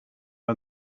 are